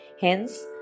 Hence